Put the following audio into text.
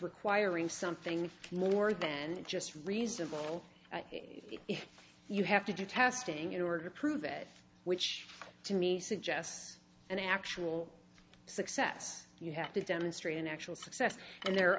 requiring something more than just reasonable if you have to do testing in order to prove it which to me suggests an actual success you have to demonstrate an actual success and there are